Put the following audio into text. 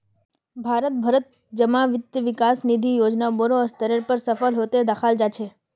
भारत भरत जमा वित्त विकास निधि योजना बोडो स्तरेर पर सफल हते दखाल जा छे